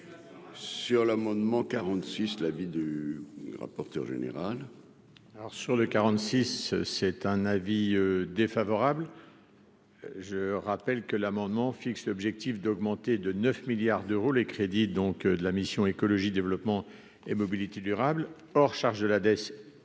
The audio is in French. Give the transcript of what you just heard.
Sur l'amendement 46 l'avis du rapporteur général.